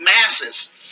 masses